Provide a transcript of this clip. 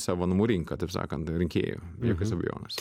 savo namų rinką taip sakant rinkėjų be jokios abejonės